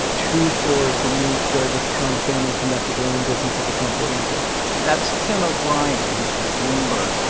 two floors beneath where the trump family conducted their own business at the trump organization that's tim o'brien. he's with bloomberg.